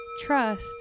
Trust